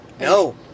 No